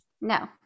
No